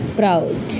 proud